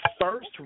first